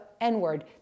N-word